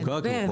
חוקקנו.